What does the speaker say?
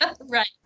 Right